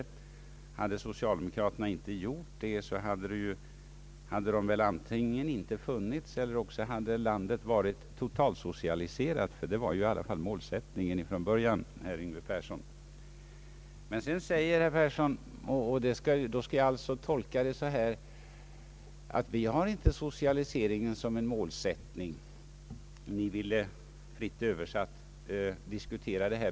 frågar jag mig. De är väl lika viktiga för landets försörjning som dessa två basnäringar.